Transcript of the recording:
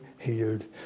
healed